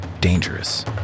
Dangerous